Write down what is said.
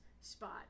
spot